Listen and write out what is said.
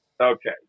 Okay